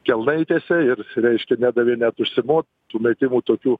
kelnaitėse ir reiškia nedavė net užsimot tų metimų tokių